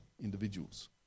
individuals